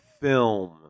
film